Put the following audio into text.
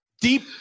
deep